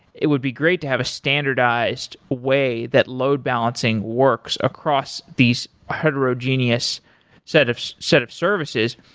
it would be great to have a standardized way that load-balancing works across these heterogeneous setups set of services.